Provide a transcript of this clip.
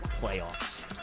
playoffs